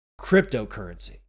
cryptocurrency